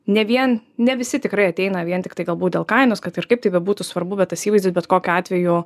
ne vien ne visi tikrai ateina vien tiktai galbūt dėl kainos kad ir kaip tai bebūtų svarbu bet tas įvaizdis bet kokiu atveju